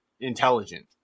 intelligent